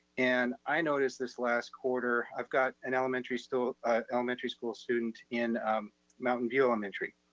and i noticed this last quarter, i've got an elementary school elementary school student in mountain view elementary,